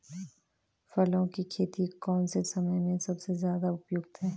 फूलों की खेती कौन से समय में सबसे ज़्यादा उपयुक्त है?